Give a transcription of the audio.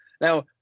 Now